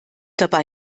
dabei